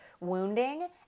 wounding